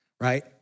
right